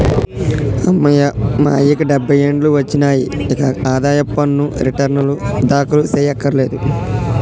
అమ్మయ్య మా అయ్యకి డబ్బై ఏండ్లు ఒచ్చినాయి, ఇగ ఆదాయ పన్ను రెటర్నులు దాఖలు సెయ్యకర్లేదు